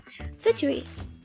Switcheries